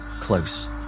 close